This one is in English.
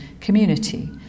community